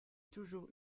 toujours